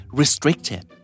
restricted